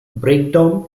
breakdown